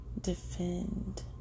defend